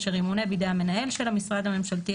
אשר ימונה בידי המנהל של המשרד הממשלתי,